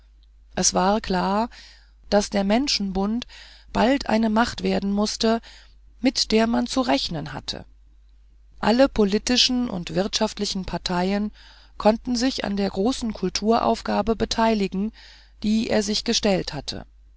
es war klar daß der menschenbund bald eine macht werden mußte mit der man zu rechnen hatte alle politischen und wirtschaftlichen parteien konnten sich an der großen kulturaufgabe beteiligen die er sich gestellt hatte